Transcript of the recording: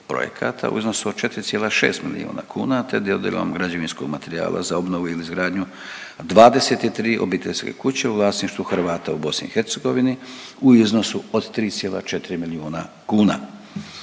u iznosu od 4,6 milijuna kuna, te dodjelom građevinskog materijala za obnovu i izgradnju 23 obiteljske kuće u vlasništvu Hrvata u BiH u iznosu od 3,4 milijuna kuna.